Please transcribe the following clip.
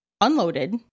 unloaded